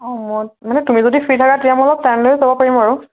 অঁ মানে তুমি যদি ফ্ৰী থাকা তেতিয়া মই অলপ টাইম লৈ যাব পাৰিম আৰু